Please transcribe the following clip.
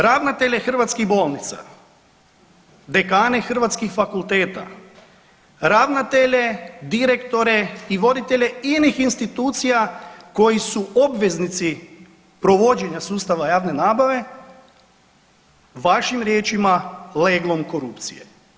Ravnatelje hrvatskih bolnica, dekane hrvatskih fakulteta, ravnatelje, direktore i voditelje inih institucija koji su obveznici provođenja sustava javne nabave, vašim riječima, leglom korupcije.